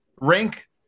rank